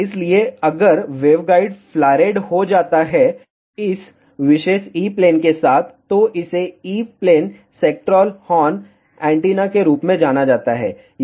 इसलिए अगर waveguide flared हो जाता है इस विशेष E प्लेन के साथ तो इसे E plane sectoral horn antenna के रूप में जाना जाता है